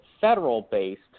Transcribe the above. federal-based